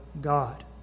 God